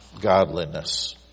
godliness